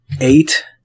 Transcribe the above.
eight